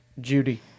Judy